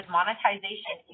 monetization